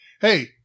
Hey